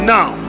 Now